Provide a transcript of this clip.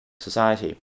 society